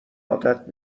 عادت